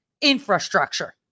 infrastructure